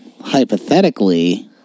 hypothetically